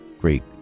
great